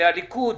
הליכוד.